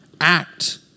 act